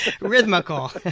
Rhythmical